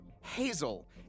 Hazel